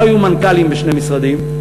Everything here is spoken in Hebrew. לא היו מנכ"לים בשני משרדים.